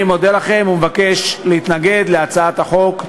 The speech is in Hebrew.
אני מודה לכם ומבקש להתנגד להצעת החוק.